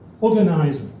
organized